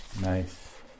Nice